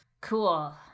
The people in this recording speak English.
Cool